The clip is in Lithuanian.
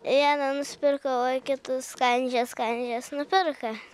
vieną nusipirkau o kitus kandžiojos kandžiojos nupirko